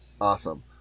Awesome